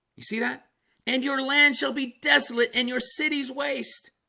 you see that and your land shall be desolate in your city's waste